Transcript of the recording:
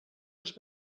els